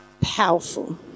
Powerful